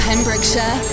Pembrokeshire